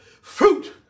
fruit